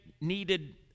needed